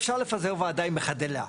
אפשר לפזר ועדה אם היא חדלה.